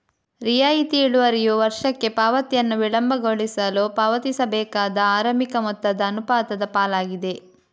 ರಿಯಾಯಿತಿ ಇಳುವರಿಯು ವರ್ಷಕ್ಕೆ ಪಾವತಿಯನ್ನು ವಿಳಂಬಗೊಳಿಸಲು ಪಾವತಿಸಬೇಕಾದ ಆರಂಭಿಕ ಮೊತ್ತದ ಅನುಪಾತದ ಪಾಲಾಗಿದೆ